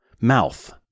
mouth